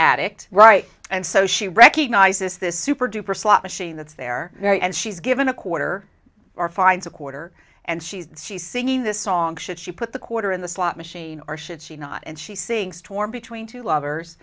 addict right and so she recognizes this super duper slot machine that's there mary and she's given a quarter or finds a quarter and she's she singing this song should she put the quarter in the slot machine or should she not and she sings torn between two lovers